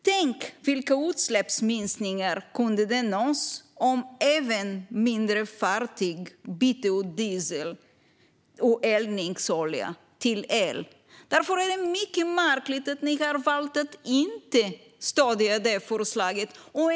Tänk vilka utsläppsminskningar som kunde nås om även mindre fartyg bytte ut diesel och eldningsolja mot el. Därför är det mycket märkligt att ni har valt att inte stödja detta förslag.